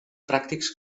pràctics